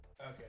Okay